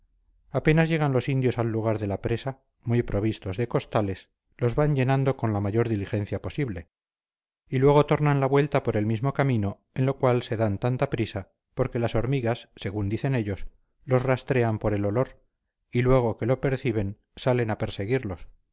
apenas llegan los indios al lugar de la presa muy provistos de costales los van llenando con la mayor diligencia posible y luego tornan la vuelta por el mismo camino en lo cual se dan tanta prisa porque las hormigas según dicen ellos los rastrean por el olor y luego que lo perciben salen a perseguirlos